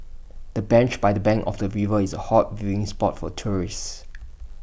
the bench by the bank of the river is A hot viewing spot for tourists